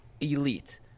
elite